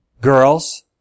girls